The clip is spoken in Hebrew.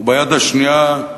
וביד השנייה,